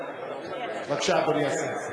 בבקשה, אדוני השר.